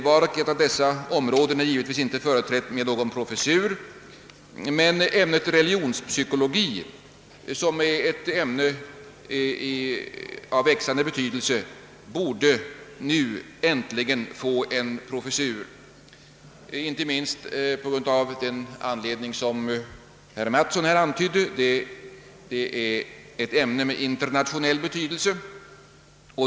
Vart och ett av dessa ämnen är givetvis inte företrätt av någon professur, men ämnet religionspsykologi, som är ett ämne av växande beiydelse, borde nu äntligen få en pro fessur, inte minst av det skäl som herr Mattsson antytt: det är ett ämne med internationell betydelse.